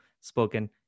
spoken